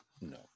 no